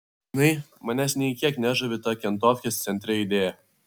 žinai manęs nė kiek nežavi ta kentofkės centre idėja